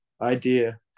idea